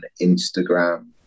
Instagram